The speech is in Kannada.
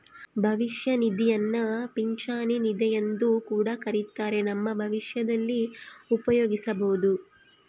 ಭವಿಷ್ಯ ನಿಧಿಯನ್ನ ಪಿಂಚಣಿ ನಿಧಿಯೆಂದು ಕೂಡ ಕರಿತ್ತಾರ, ನಮ್ಮ ಭವಿಷ್ಯದಲ್ಲಿ ಉಪಯೋಗಿಸಬೊದು